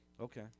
Okay